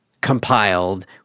compiled